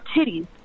titties